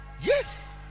yes